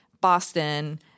Boston